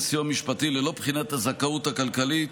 סיוע משפטי ללא בחינת הזכאות הכלכלית